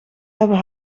hebben